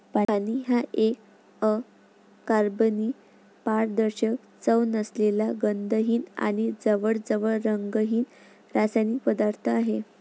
पाणी हा एक अकार्बनी, पारदर्शक, चव नसलेला, गंधहीन आणि जवळजवळ रंगहीन रासायनिक पदार्थ आहे